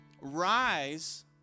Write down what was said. rise